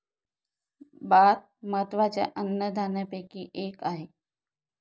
भात महत्त्वाच्या अन्नधान्यापैकी एक आहे